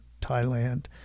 Thailand